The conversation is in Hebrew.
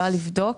יכולה לבדוק.